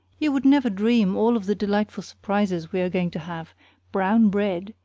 you would never dream all of the delightful surprises we are going to have brown bread,